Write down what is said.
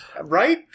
right